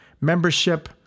membership